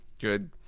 Good